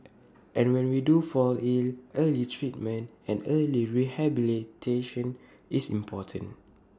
and when we do fall ill early treatment and early rehabilitation is important